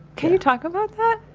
can you talk about that?